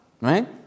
right